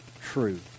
true